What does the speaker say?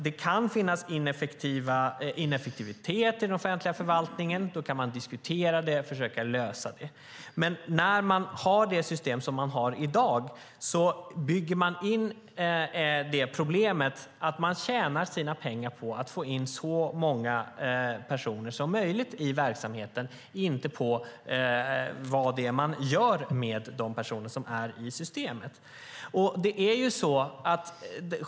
Det kan finnas ineffektivitet i den offentliga förvaltningen. Då kan man diskutera det och försöka lösa det. Men när man har det system som man har i dag bygger man in problemet att aktörerna tjänar sina pengar på att få in så många personer som möjligt i verksamheten och inte på vad det är de gör med de personer som finns i systemet.